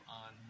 on